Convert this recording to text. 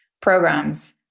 programs